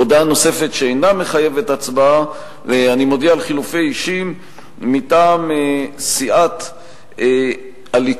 הודעה שאינה מחייבת הצבעה: אני מודיע על חילופי אישים מטעם סיעת הליכוד.